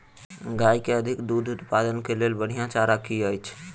गाय केँ अधिक दुग्ध उत्पादन केँ लेल बढ़िया चारा की अछि?